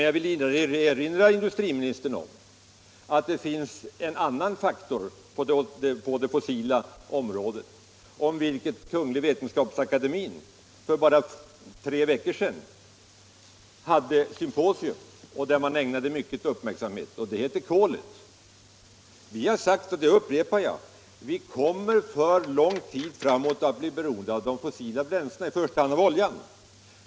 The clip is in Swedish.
Jag vill vidare erinra industriministern om att det finns en annan viktig faktor på det fossila området som för bara tre veckor sedan behandlades på ett av Vetenskapsakademien anordnat symposium. Där ägnades mycken tid åt denna faktor, nämligen kolet. Centern har sagt, och det upprepar jag: Vi kommer för lång tid framåt att vara beroende av de fossila bränslena och i första hand av oljan.